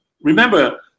Remember